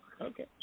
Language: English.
Okay